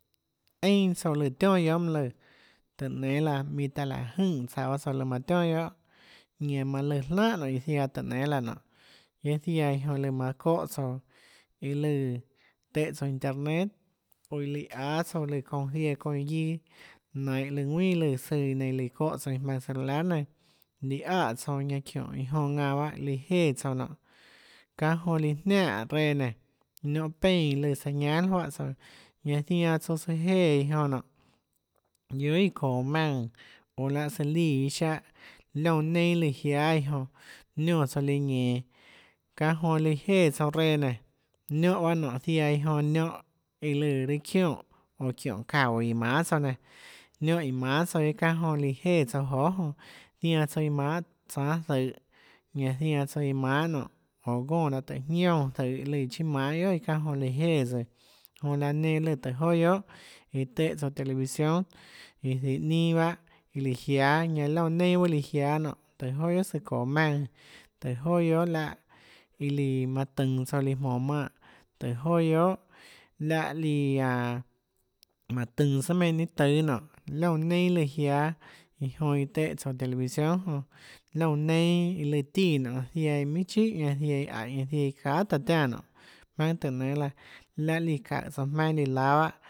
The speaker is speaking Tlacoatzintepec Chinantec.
Einà tsouã lù tionà guiohà mønâ lùã tùhå nénâ laã minhå taã láhå jønè tsaã tsouã lùã manã tionà guiohà ñanã manã lùã jlánhà nonê iã ziaã tùhå nénâ laã nonê guiaâ ziaã iã jonã lùã manã çóhã tsouã iã lùã tùhã tsouã internet oå iã lùã áâ tsouã lùã ziaã çounã iã guiâ nainhå ðuinà lùã søã nenã iã lùã çóhã tsouã iã jmaønã celular nenã líã aè tsouã ñanã çiónhå iã jonã ðanã iâ lù jéã tsouã nonê çánhã jonã líã jnianè reã niónhã pénã iã lùã señal juáhã tsouã ñanã zianã tsouã søã jéã iã jonã nonê guiohà iã çoå maùnã oå láã søã líã iâ siáhã liónã neinâ lùã jiáâ iã jonã niónã tsouã líã ñenå çánhã jonã líã jéã tsouã reã nénå niónhã bahâ niónhã ziaã iã jonã niónhã iã lùã raâ çionè çiónhå çaúå iã manå tsouã nénå niónhã íhå manê tsouã guiaâ çánhã jonã líã jéã tsouã johà jonã zianã tsouã iã manê tsánâ zøhå ñanã zianã tsoã iã manê nonê gónã laã tùhå jiúnã zøhå iâ chiâ manhâ guiohà çánhã jonã líã jéã jonã laã nenã lùã tùhå joà guiohà iã tùhã tsouã televisión iã zihå ninâ bahâ jiáâ ñanã liónã nienâ bahâ iâ lùã jiánâ nonê tùhå joà guiohà søã çoå maùnã tùhå joà guiohà láhã iå lùã manã tønå tsouã iâ jmonå manè tùhå joà guiohà láhã líã aå mánhå tønå sùà meinhâ ninâ tùâ nonê liónã neinâ lùã jiáâ iã jonã iã tùhã tsouã television jonã liónã neinâ iã lùã tíã nonê ziaã iã minhà chíhàñan ziaã iã aíhå ñanã ziaã iã çahà taã tiánã nonê jmaønâ tùhå nénâ laã láhã líã çaùhå tsouã jmaønâ líã láâ